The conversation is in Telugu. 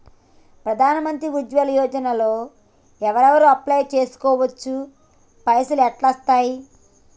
ప్రధాన మంత్రి ఉజ్వల్ యోజన లో ఎవరెవరు అప్లయ్ చేస్కోవచ్చు? పైసల్ ఎట్లస్తయి?